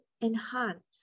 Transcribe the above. enhance